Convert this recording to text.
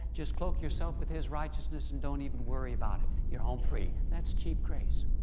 just cloak yourself with his righteousness, and don't even worry about it. you're home free that's cheap grace.